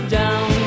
down